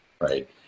right